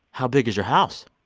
how big is your house?